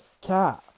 Cat